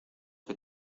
que